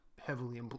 heavily